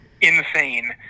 insane